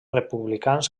republicans